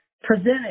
presented